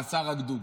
רס"ר הגדוד.